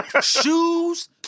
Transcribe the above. Shoes